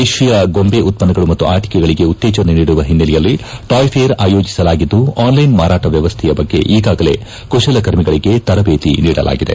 ದೇಹೀಯ ಗೊಂಬೆ ಉತ್ಪನ್ನಗಳು ಮತ್ತು ಆಟಕಗಳಿಗೆ ಉತ್ತೇಜನ ನೀಡುವ ಹಿನ್ನಲೆಯಲ್ಲಿ ಟಾಯ್ ಫೇರ್ ಅಯೋಜಿಸಲಾಗಿದ್ದು ಆನ್ ಲೈನ್ ಮಾರಾಟ ವ್ವವಸ್ಥೆಯ ಬಗ್ಗೆ ಈಗಾಗಲೆ ಕುಶಲಕರ್ಮಿಗಳಿಗೆ ತರಬೇತಿ ನೀಡಲಾಗಿದೆ